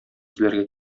эзләргә